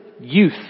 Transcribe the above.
youth